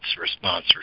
response